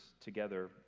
together